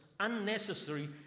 unnecessary